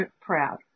proud